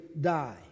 die